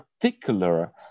particular